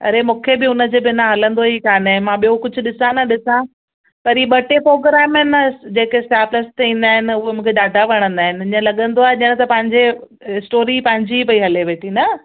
अरे मूंखे बि उनजे बिना हलंदो ई कोन्हे मां ॿियो कुझु ॾिसां न ॾिसां परि ही ॿ टे प्रोग्राम न जेके स्टार प्लस ते ईंदा आहिनि उहे मूंखे ॾाढा वणंदा आहिनि ईअं लॻंदो आहे ॼणु त पंहिंजे स्टोरी पंहिंजी पई हले वेठी न